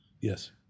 Yes